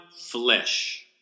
flesh